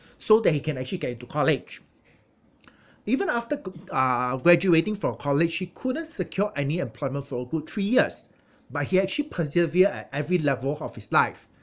so that he can actually get into college even after good uh graduating from college he couldn't secure any employment for a good three years but he actually persevere at every level of his life